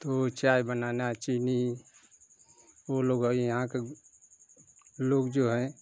तो चाय बनाना चीनी वह लोग भाई यहाँ के लोग जो हैं